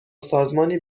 سازمانی